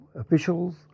officials